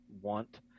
want